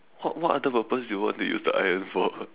what what other purpose you want to use the iron for